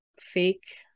fake